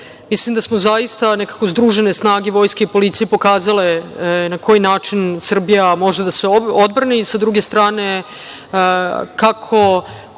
mislim da su zaista nekako združene snage vojske i policije pokazale na koji način Srbija može da se odbrani i sa druge strane, kako